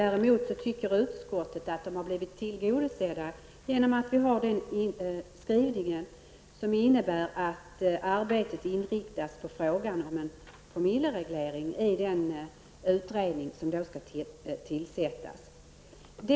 Däremot anser utskottet att de har blivit tillgodosedda genom utskottets skrivning, som innebär att arbetet inriktas på frågan om en promillereglering i den utredning som skall tillsättas.